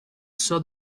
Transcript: saw